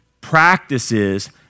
practices